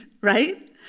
right